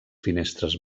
finestres